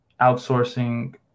outsourcing